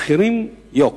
האחרים, "יוק".